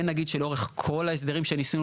כן נגיד שלאורך כל ההסדרים שניסינו